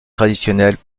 traditionnelles